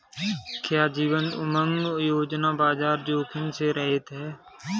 क्या जीवन उमंग योजना बाजार जोखिम से रहित है?